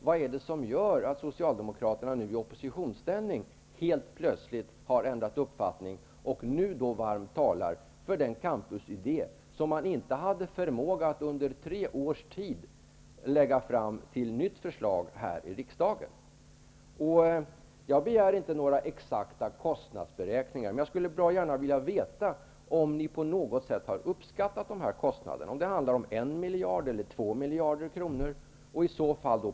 Vad är det som gör att Socialdemokraterna i oppositionsställning helt plötsligt har ändrat uppfattning och nu varmt talar för den campusidé man under tre års tid inte hade förmåga att lägga fram ett nytt förslag om till riksdagen? Jag begär inte några exakta kostnadsberäkningar. Men jag vill veta om ni på något sätt har gjort en uppskattning. Är det fråga om 1 miljard eller 2 miljarder kronor?